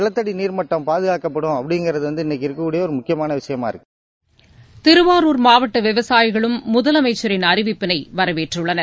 நிலத்தடி நீர் மட்டம் பாதுகாக்கப்படும் அப்படிங்கறது இன்னிக்கு இருக்கக்கூடிய முக்கியமான விஷயமா இருக்கு திருவாரூர் மாவட்ட விவசாயிகளும் முதலமைச்சரின் அறிவிட்பினை வரவேற்றுள்ளனர்